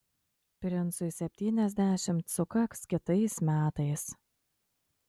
princui septyniasdešimt sukaks kitais metais